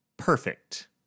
perfect